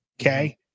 okay